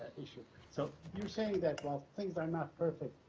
so so you're saying that while things are not perfect,